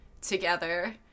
together